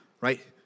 right